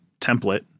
template